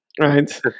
right